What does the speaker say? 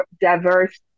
diverse